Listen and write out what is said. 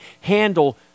handle